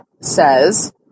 says